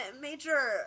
major